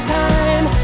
time